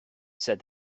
said